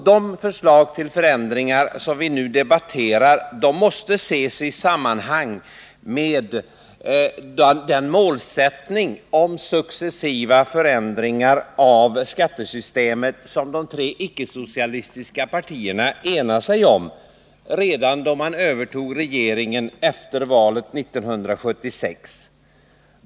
De förslag till förändringar som vi nu debatterar måste ses i sammanhang med den målsättning om successiva förändringar av skattesystemet som de tre icke-socialistiska partierna enade sig om redan då de övertog regeringen efter valet 1976.